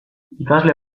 ikasle